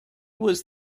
was